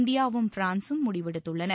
இந்தியாவும் பிரான்சும் முடிவெடுத்துள்ளன